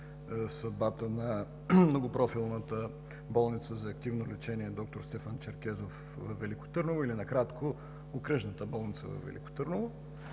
съдбата на многопрофилната болница за активно лечение „Д-р Стефан Черкезов” във Велико Търново, или накратко – окръжната болница във Велико Търново.